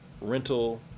rental